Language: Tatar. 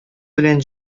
белән